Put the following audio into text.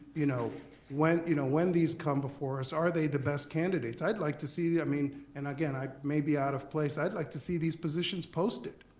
you know when you know when these come before us, are they the best candidates, i'd like to see. i mean and again i may be out of place, i'd like to see these positions posted.